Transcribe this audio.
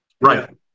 Right